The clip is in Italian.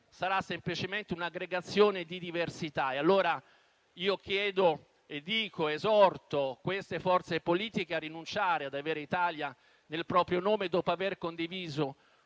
sarà semplicemente un'aggregazione di diversità. Allora io esorto queste forze politiche a rinunciare ad avere "Italia" nel proprio nome, dopo aver condiviso